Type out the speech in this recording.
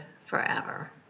forever